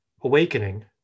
awakening